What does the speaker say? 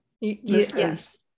Yes